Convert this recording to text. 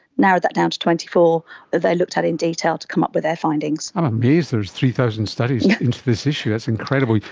narrowed that down to twenty four that they looked at in detail to come up with their findings. i'm amazed there's thousand studies into this issue, that's incredible.